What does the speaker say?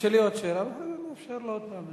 תשאלי עוד שאלה, ונאפשר לו עוד פעם.